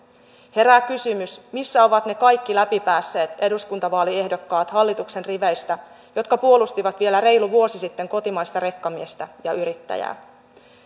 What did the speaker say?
herää kysymys missä ovat ne kaikki läpi päässeet eduskuntavaaliehdokkaat hallituksen riveistä jotka puolustivat vielä reilu vuosi sitten kotimaista rekkamiestä ja yrittäjää